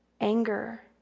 anger